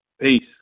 Peace